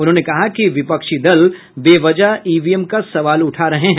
उन्होंने कहा कि विपक्षी दल बेवजह ईवीएम का सवाल उठा रहे हैं